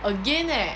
again leh